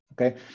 okay